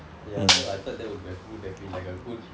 ya so I thought that would have would have been like a good